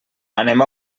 anem